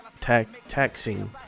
taxing